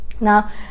Now